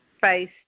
face